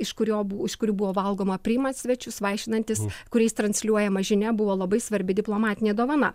iš kurio bu iš kurių buvo valgoma priiman svečius vaišinantis kuriais transliuojama žinia buvo labai svarbi diplomatinė dovana